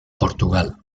portugal